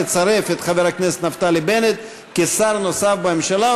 לצרף את חבר הכנסת נפתלי בנט כשר נוסף בממשלה,